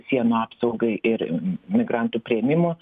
sienų apsaugai ir migrantų priėmimo